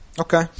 Okay